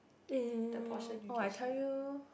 oh I tell you